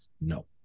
no